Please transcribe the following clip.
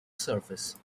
surface